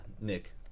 Nick